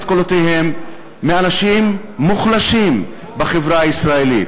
קולותיהם של אנשים מוחלשים בחברה הישראלית,